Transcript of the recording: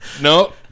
No